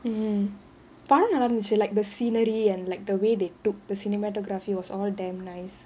hmm படம் நல்லா இருந்துச்சு:padam nallaa irunthuchu like the scenery and like the way they took the cinematography was all damn nice